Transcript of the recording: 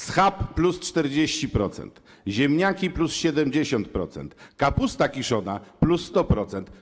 Schab - plus 40%, ziemniaki - plus 70%, kapusta kiszona - plus 100%.